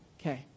okay